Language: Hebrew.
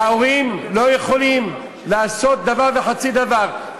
וההורים לא יכולים לעשות דבר וחצי דבר,